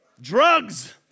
Drugs